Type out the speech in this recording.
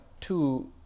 two